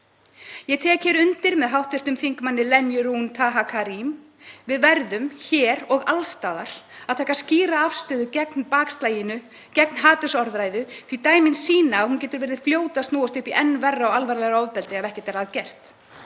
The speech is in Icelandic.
Ég tek undir með hv. þm. Lenyu Rún Taha Karim: Við verðum hér og alls staðar að taka skýra afstöðu gegn bakslaginu, gegn hatursorðræðu, því að dæmin sýna að hún getur verið fljót að snúast upp í enn verra og alvarlegra ofbeldi ef ekkert er að gert.